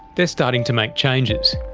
they're starting to make changes.